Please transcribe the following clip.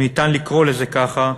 אם ניתן לקרוא לזה כך,